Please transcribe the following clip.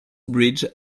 bridge